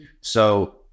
So-